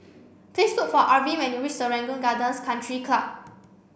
please look for Arvin when you reach Serangoon Gardens Country Club